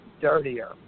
dirtier